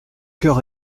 cœur